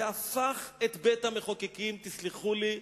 זה הפך את בית-המחוקקים, תסלחו לי,